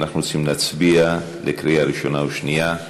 אנחנו רוצים להצביע בקריאה שנייה ושלישית.